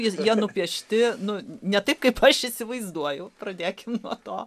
jis jo piešti nu ne taip kaip aš įsivaizduoju pradėkime nuo to